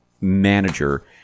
manager